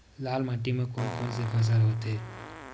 लाल माटी म कोन कौन से फसल होथे?